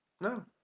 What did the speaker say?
No